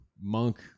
Monk